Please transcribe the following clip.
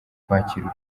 kwakira